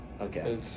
Okay